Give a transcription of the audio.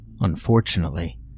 Unfortunately